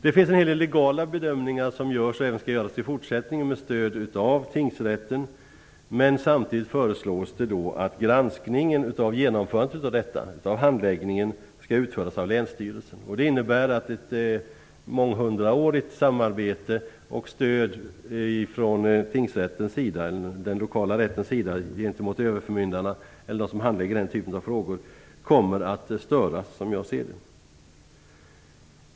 Det görs och skall även i fortsättningen göras en hel del legala bedömningar med stöd av tingsrätten, men det föreslås nu att granskningen av handläggningen skall genomföras av länsstyrelsen. Det innebär att ett månghundraårigt samarbete mellan å ena sidan överförmyndarna och andra som handlägger denna typ av frågor, å andra sidan den lokala rätten, där de senare har stött de förra, som jag ser det kommer att störas.